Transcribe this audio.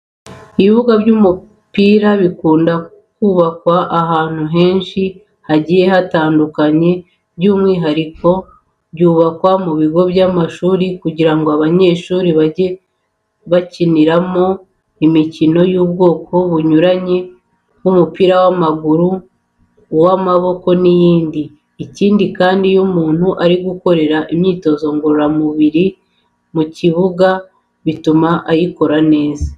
Ibibuga by'umupira bikunda kubakwa ahantu henshi hagiye hatandukanye by'umwihariko byubakwa mu bigo by'amashuri kugira ngo abanyeshuri bajye babikiniramo imikino y'ubwoko bunyuranye nk'umupira w'amaguru, uw'amaboko n'iyindi. Ikindi kandi iyo umuntu ari gukorera imyitozo ngororamubiri mu kibuga bituma ayikora neza.